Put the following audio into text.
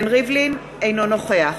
אינו נוכח